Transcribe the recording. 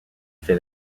fait